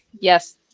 Yes